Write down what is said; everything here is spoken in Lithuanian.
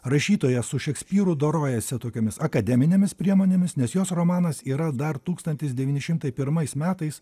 rašytoja su šekspyru dorojasi tokiomis akademinėmis priemonėmis nes jos romanas yra dar tūkstantis devyni šimtai pirmais metais